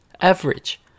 Average